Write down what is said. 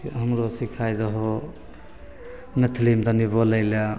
हमरो सिखाय दहो मैथिलीमे तनी बोलय लए